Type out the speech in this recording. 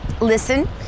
listen